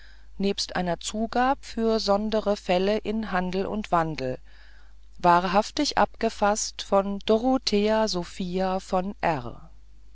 nebst einer zugab für sondere fäll in handel und wandel wahrhaftig abgefasset von dorothea sophia von r